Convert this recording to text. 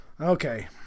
Okay